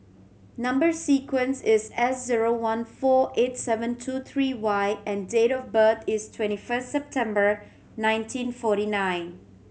number sequence is S zero one four eight seven two three Y and date of birth is twenty first September nineteen forty nine